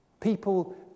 people